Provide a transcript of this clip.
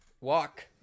Walk